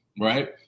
right